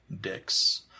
dicks